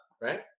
Right